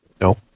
No